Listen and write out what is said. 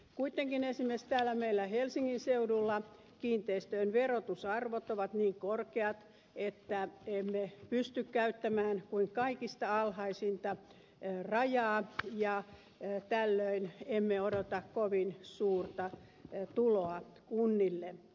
kuitenkin esimerkiksi täällä meillä helsingin seudulla kiinteistöjen verotusarvot ovat niin korkeat että emme pysty käyttämään kuin kaikista alhaisinta rajaa ja tällöin emme odota kovin suurta tuloa kunnille